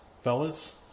fellas